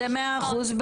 זה מאה אחוז,